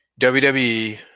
WWE